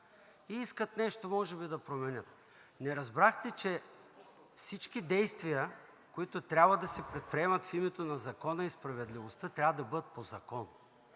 и искат нещо може би да променят. Не разбрахте, че всички действия, които трябва да се предприемат в името на закона и справедливостта, трябва да бъдат по закон.